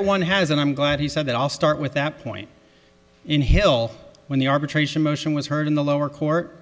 right one has and i'm glad he said that i'll start with that point in hill when the arbitration motion was heard in the lower court